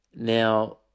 Now